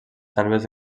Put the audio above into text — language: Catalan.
selves